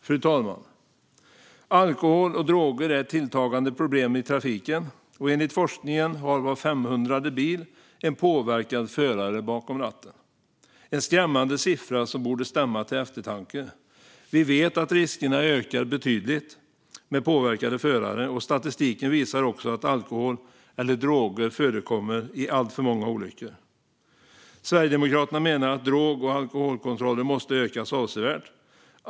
Fru talman! Alkohol och droger är ett tilltagande problem i trafiken. Enligt forskningen har var 500:e bil en påverkad förare bakom ratten. Det är en skrämmande siffra som borde stämma till eftertanke. Vi vet att riskerna ökar betydligt med påverkade förare, och statistiken visar också att alkohol eller droger förekommer i alltför många olyckor. Sverigedemokraterna menar att drog och alkoholkontrollerna måste öka avsevärt.